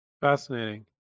Fascinating